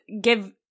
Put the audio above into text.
give